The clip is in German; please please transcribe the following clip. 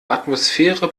atmosphäre